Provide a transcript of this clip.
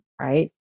right